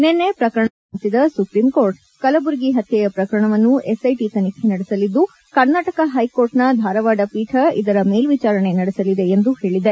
ನಿನ್ನೆ ಪ್ರಕರಣಗಳ ವಿಚಾರಣೆ ನಡೆಸಿದ ಸುಪ್ರೀಂ ಕೋರ್ಟ್ ಕಲಬುರ್ಗಿ ಪತ್ತೆಯ ಪ್ರಕರಣವನ್ನು ಎಸ್ ಐಟಿ ತನಿಖೆ ನಡೆಸಲಿದ್ದು ಕರ್ನಾಟಕ ಹೈಕೋರ್ಟ್ ನ ಧಾರವಾಡ ಪೀಠ ಇದರ ಮೇಲ್ವಿಚಾರಣೆ ನಡೆಸಲಿದೆ ಎಂದು ಹೇಳಿದೆ